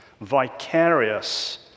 vicarious